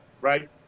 Right